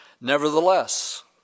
Nevertheless